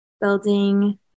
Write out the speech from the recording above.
building